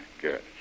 Good